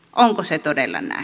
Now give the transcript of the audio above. onko se todella näin